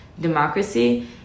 democracy